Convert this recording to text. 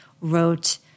wrote